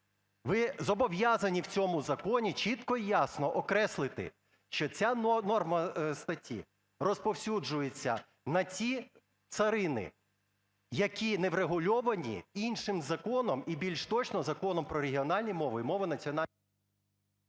Ви зобов'язані в цьому законі чітко і ясно окреслити, що ця норма статті розповсюджується на ті царини, які не врегульовані іншим законом, і більш точно, Законом про регіональні мови і мови… ГОЛОВУЮЧИЙ.